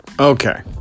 Okay